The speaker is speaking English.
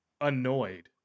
annoyed